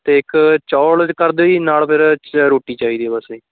ਅਤੇ ਇੱਕ ਚੌਲ ਕਰ ਦਿਓ ਜੀ ਨਾਲ਼ ਫਿਰ ਰੋਟੀ ਚਾਹੀਦੀ ਹੈ ਬਸ ਜੀ